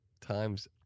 times